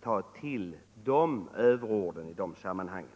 ta till sådana överord i sammanhanget.